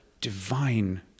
divine